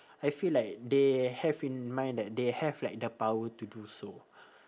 I feel like they have in mind that they have like the power to do so